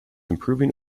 improving